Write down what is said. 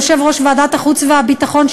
יושב-ראש ועדת חוץ והביטחון,